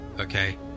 Okay